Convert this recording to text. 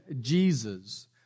Jesus